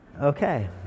okay